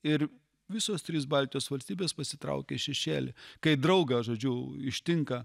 ir visos trys baltijos valstybės pasitraukė į šešėlį kai draugą žodžiu ištinka